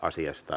asiasta